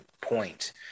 point